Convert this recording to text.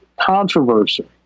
controversy